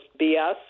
BS